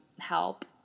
help